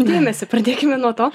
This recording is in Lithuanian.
dėmesį pradėkime nuo to